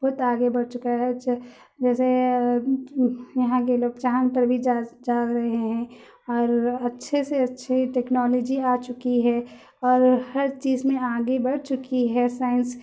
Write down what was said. بہت آگے بڑھ چکا ہے جیسے یہاں کے لوگ چاند پر بھی جا جا رہے ہیں اور اچھے سے اچھے ٹیکنالوجی آ چکی ہے اور ہر چیز میں آگے بڑھ چکی ہے سائنس